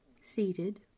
seated